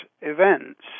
events